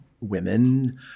women